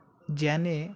ज्याने